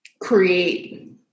create